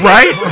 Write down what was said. Right